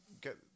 get